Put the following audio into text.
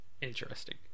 interesting